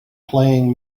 playing